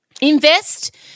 invest